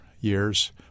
years